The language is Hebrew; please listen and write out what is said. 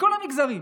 מכל המגזרים,